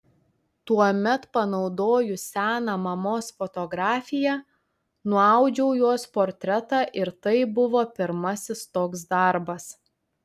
tuomet panaudojus seną mamos fotografiją nuaudžiau jos portretą ir tai buvo pirmasis toks darbas